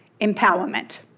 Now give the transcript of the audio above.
empowerment